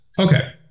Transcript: Okay